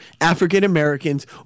African-Americans